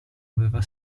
aveva